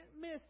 miss